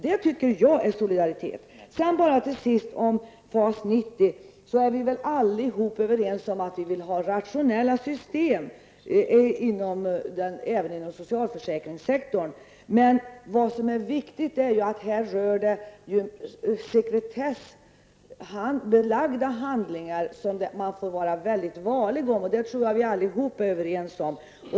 Det tycker jag är solidaritet. Apropå FAS 90 är vi alla överens om att vi vill ha rationella system, även inom socialförsäkringssektorn. Det som är viktigt är att det här rör sekretessbelagda handlingar, som man får vara mycket varlig med. Det tror jag att vi allihop är överens om.